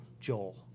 Joel